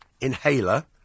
inhaler